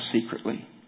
secretly